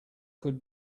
could